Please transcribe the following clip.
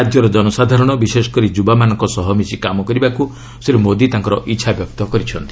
ରାଜ୍ୟର ଜନସାଧାରଣ ବିଶେଷକରି ଯୁବାମାନଙ୍କ ସହ ମିଶି କାମ କରିବାକୁ ଶ୍ରୀ ମୋଦି ତାଙ୍କର ଇଚ୍ଛା ବ୍ୟକ୍ତ କରିଛନ୍ତି